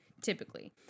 Typically